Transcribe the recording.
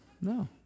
No